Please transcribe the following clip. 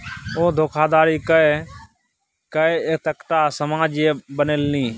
ओ धोखाधड़ी कय कए एतेकटाक साम्राज्य बनेलनि